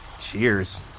Cheers